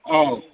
औ